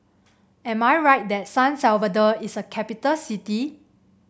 am I right that San Salvador is a capital city